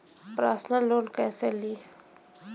Personal loan कैसे ली?